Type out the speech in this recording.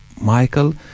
Michael